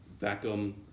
Beckham